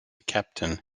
captain